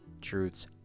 Truths